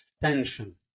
tension